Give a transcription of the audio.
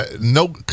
no